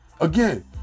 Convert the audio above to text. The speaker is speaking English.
Again